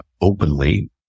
openly